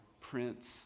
Prince